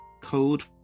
code